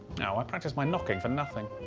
oh, i practised my knocking for nothing.